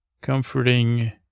Comforting